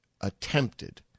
attempted